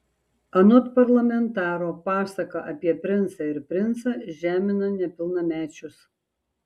anot parlamentaro pasaka apie princą ir princą žemina nepilnamečius